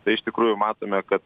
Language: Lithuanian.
tai iš tikrųjų matome kad